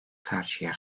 karşıya